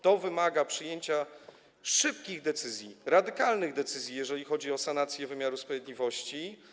To wymaga przyjęcia szybkich i radykalnych decyzji, jeżeli chodzi o sanację wymiaru sprawiedliwości.